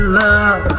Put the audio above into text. love